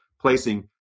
placing